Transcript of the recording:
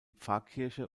pfarrkirche